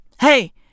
hey